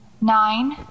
nine